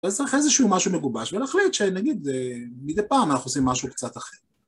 אז צריך איזשהו משהו מגובש, ולהחליט שנגיד מדי פעם אנחנו עושים משהו קצת אחר.